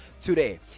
today